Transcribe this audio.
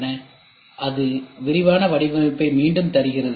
பின்னர் அது விரிவான வடிவமைப்பை மீண்டும் தருகிறது